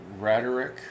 rhetoric